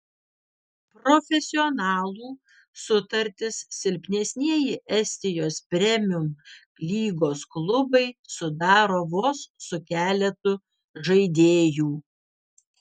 profesionalų sutartis silpnesnieji estijos premium lygos klubai sudaro vos su keletu žaidėjų